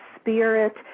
spirit